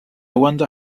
wonder